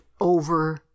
over